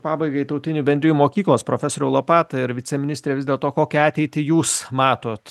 pabaigai tautinių bendrijų mokyklos profesoriau lopata ir viceministre vis dėlto kokią ateitį jūs matot